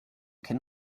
can